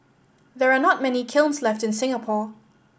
there are not many kilns left in Singapore